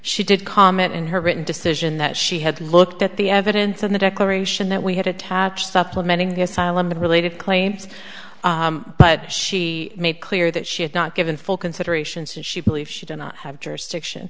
she did comment in her written decision that she had looked at the evidence in the declaration that we had attached supplementing the asylum and related claims but she made clear that she had not given full consideration since she believes she did not have jurisdiction